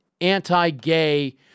anti-gay